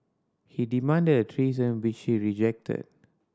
he demanded a threesome which she rejected